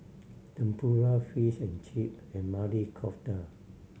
Tempura Fish and Chip and Maili Kofta